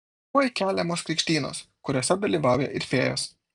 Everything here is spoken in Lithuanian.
tuoj keliamos krikštynos kuriose dalyvauja ir fėjos